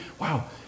wow